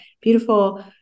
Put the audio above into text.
beautiful